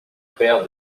père